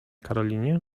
karolinie